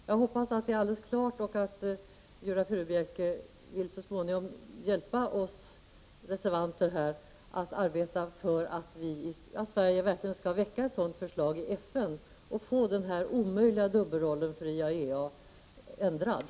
Jag hoppas att detta är alldeles klart och att Viola Furubjelke så småningom vill hjälpa oss reservanter att arbeta för att Sverige verkligen skall väcka ett sådant förslag i FN och därmed se till att IAEA :s omöjliga dubbelroll ändras.